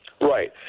right